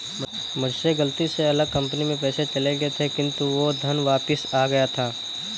मुझसे गलती से अलग कंपनी में पैसे चले गए थे किन्तु वो धन वापिस आ गया था